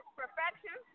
perfection